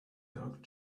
dog